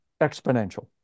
exponential